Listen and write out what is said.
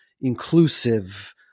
inclusive